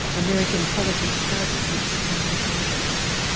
american politics does have its strange moments.